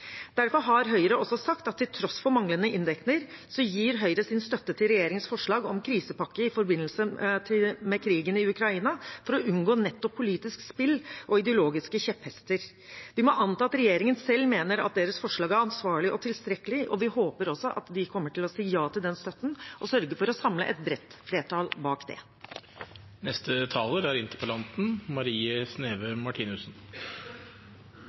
Derfor har Høyre også sagt at vi til tross for manglende inndekning gir vår støtte til regjeringens forslag om krisepakker i forbindelse med krigen i Ukraina – for å unngå nettopp politisk spill og ideologiske kjepphester. Vi må anta at regjeringen selv mener deres forslag er ansvarlig og tilstrekkelig, og vi håper også at de kommer til å si ja til støtten og sørger for å samle et bredt flertall bak